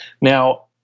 Now